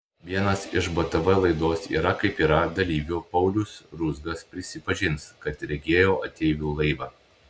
vienas iš btv laidos yra kaip yra dalyvių paulius ruzgas prisipažins kad regėjo ateivių laivą